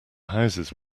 houses